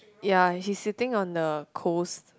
ya he's sitting on the coast